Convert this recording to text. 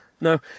No